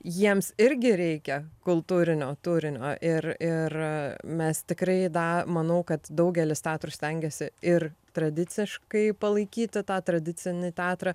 jiems irgi reikia kultūrinio turinio ir ir mes tikrai da manau kad daugelis teatrų stengiasi ir tradiciškai palaikyti tą tradicinį teatrą